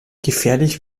gefährlich